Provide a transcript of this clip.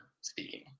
speaking